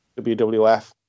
WWF